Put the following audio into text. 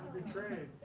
betrayed.